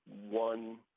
one